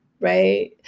Right